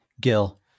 Gil